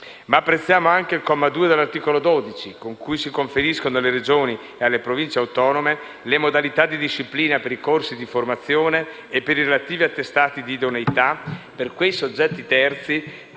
Ma apprezziamo altresì il comma 2 dell'articolo 12, con cui si conferiscono alle Regioni e alle Province autonome le modalità di disciplina per i corsi di formazione e per i relativi attestati di idoneità per quei soggetti terzi